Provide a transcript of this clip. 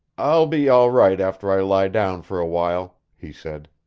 i'll be all right after i lie down for a while, he said.